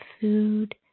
food